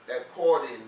according